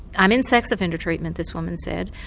i'm in sex offender treatment this woman said,